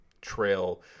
trail